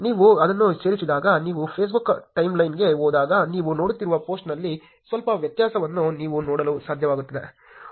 ನೀವು ಅದನ್ನು ಸೇರಿಸಿದಾಗ ನಿಮ್ಮ ಫೇಸ್ಬುಕ್ ಟೈಮ್ಲೈನ್ಗೆ ಹೋದಾಗ ನೀವು ನೋಡುತ್ತಿರುವ ಪೋಸ್ಟ್ನಲ್ಲಿ ಸ್ವಲ್ಪ ವ್ಯತ್ಯಾಸವನ್ನು ನೀವು ನೋಡಲು ಸಾಧ್ಯವಾಗುತ್ತದೆ